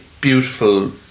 beautiful